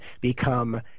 become